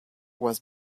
was